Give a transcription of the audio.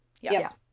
Yes